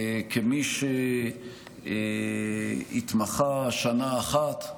כמי שהתמחה שנה אחת,